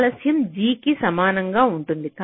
ఆలస్యం g కి సమానంగా ఉంటుంది